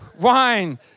wine